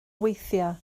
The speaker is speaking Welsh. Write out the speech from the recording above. weithiau